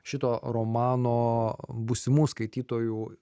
šito romano būsimų skaitytojų